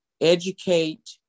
educate